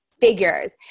figures